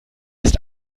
ist